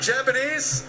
Japanese